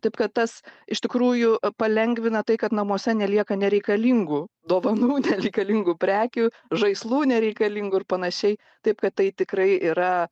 taip kad tas iš tikrųjų palengvina tai kad namuose nelieka nereikalingų dovanų nereikalingų prekių žaislų nereikalingų ir panašiai taip kad tai tikrai yra